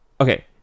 Okay